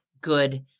good